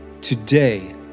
Today